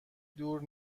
دور